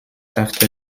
after